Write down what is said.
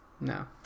No